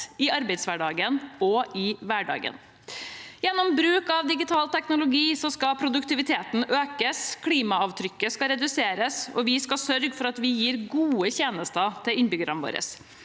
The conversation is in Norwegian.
i arbeidshverdagen og i hverdagen. Gjennom bruk av digital teknologi skal produktiviteten økes og klimaavtrykket reduseres, og vi skal sørge for at vi gir gode tjenester til innbyggerne våre.